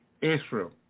Israel